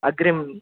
अग्रिं